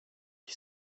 qui